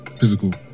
Physical